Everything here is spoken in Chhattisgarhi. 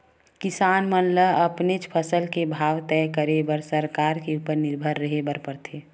किसान मन ल अपनेच फसल के भाव तय करे बर सरकार के उपर निरभर रेहे बर परथे